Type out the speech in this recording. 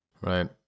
Right